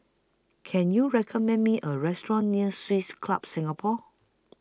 Can YOU recommend Me A Restaurant near Swiss Club Singapore